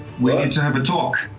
we need to have a talk.